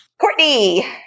Courtney